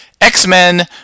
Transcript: x-men